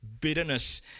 bitterness